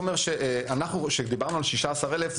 כשדיברנו על 16,000 אנשים,